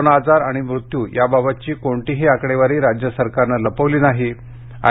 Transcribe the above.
corona आजार आणि मृत्यू याबाबतची कोणतीही आकडेवारी राज्य सरकारनं लपवली नाही आय